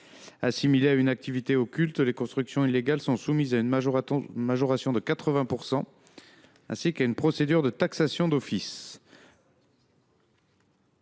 Assimilées à une activité occulte, les constructions illégales sont soumises à une majoration de 80 %, ainsi qu’à une procédure de taxation d’office.